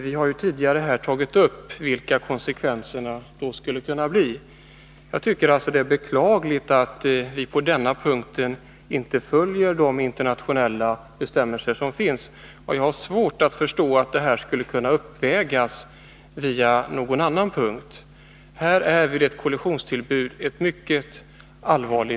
Vi har tidigare här varit inne på vilka konsekvenser som då skulle kunna uppstå. Jag tycker att det är beklagligt att Sverige på denna punkt inte följer de internationella bestämmelser som finns. Jag har svårt att förstå att det skulle kunna uppvägas av föreskrifter på någon annan punkt. Den dispens som har givits berör en punkt som vid ett kollisionstillbud är mycket allvarlig.